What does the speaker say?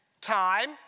time